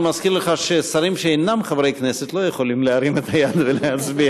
אני מזכיר לך ששרים שאינם חברי כנסת לא יכולים להרים את היד ולהצביע,